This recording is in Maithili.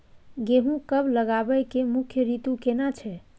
गेहूं कब लगाबै के मुख्य रीतु केना छै?